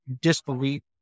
disbelief